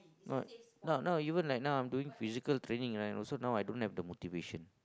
not not now even like now I'm doing physical training right also now I don't have the motivation